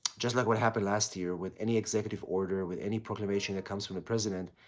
just like what happened last year with any executive order, with any proclamation that comes from the president,